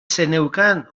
zeneukan